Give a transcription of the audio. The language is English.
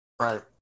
Right